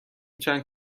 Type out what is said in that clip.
چند